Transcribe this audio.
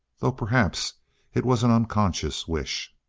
though perhaps it was an unconscious wish.